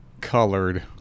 colored